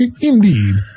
Indeed